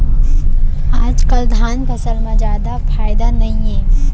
आजकाल धान के फसल म जादा फायदा नइये